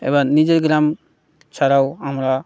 এবার নিজের গ্রাম ছাড়াও আমরা